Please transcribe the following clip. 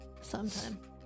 Sometime